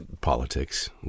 politics